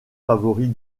favoris